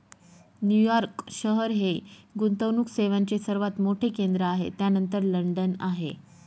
New York शहर हे गुंतवणूक सेवांचे सर्वात मोठे केंद्र आहे त्यानंतर लंडन आहे